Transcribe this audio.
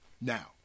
Now